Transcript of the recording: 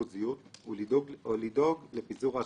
מנקודת המבט שלי ישפוט הציבור.